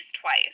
twice